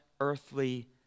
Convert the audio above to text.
earthly